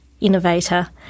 innovator